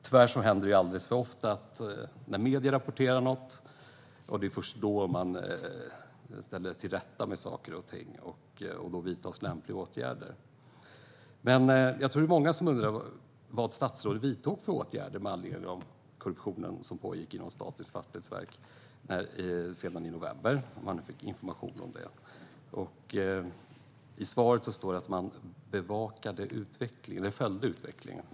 Tyvärr händer det alldeles för ofta att det är först när medierna rapporterar något som man ställer saker och ting till rätta, och då vidtas lämpliga åtgärder. Jag tror att det är många som undrar vilka åtgärder som statsrådet vidtagit sedan i november med anledning av korruptionen som pågick inom Statens fastighetsverk, om han nu fick information om det. I svaret står att han nu kontinuerligt följer utvecklingen.